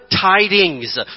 Tidings